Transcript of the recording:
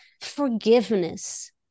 forgiveness